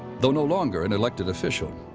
though no longer an elected official,